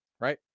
right